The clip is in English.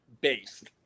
based